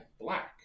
black